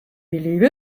believe